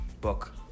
book